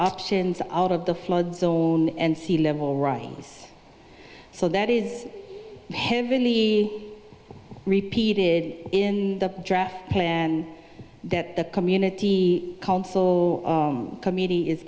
options out of the flood zone and sea level rise so that is heavily repeated in the draft plan that the community council committee is